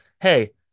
hey